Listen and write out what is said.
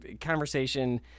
conversation